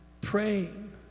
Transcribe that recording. praying